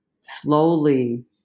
slowly